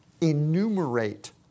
enumerate